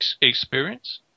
experience